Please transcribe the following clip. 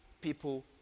people